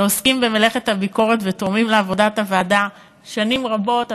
שעוסק במלאכת הביקורת ותורם לעבודת הוועדה שנים רבות,